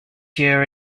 here